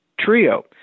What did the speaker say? trio